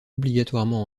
obligatoirement